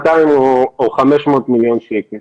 200 או 500 מיליון שקל.